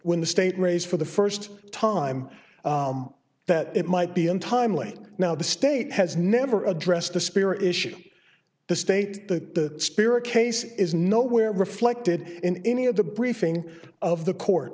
when the state raised for the first time that it might be untimely now the state has never addressed the spear issue the state the spirit case is nowhere reflected in any of the briefing of the court